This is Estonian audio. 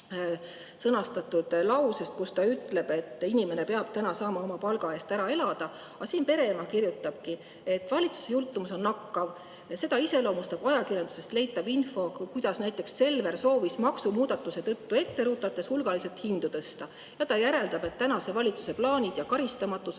sõnastatud lausest, et inimene peab saama oma palga eest ära elada. Siin pereema kirjutabki, et valitsuse jultumus on nakkav ja seda iseloomustab ajakirjandusest leitav info, kuidas näiteks Selver soovis maksumuudatuse tõttu ette rutates hulgaliselt hindu tõsta. Ta järeldab, et tänase valitsuse plaanid ja karistamatus